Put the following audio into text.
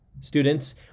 Students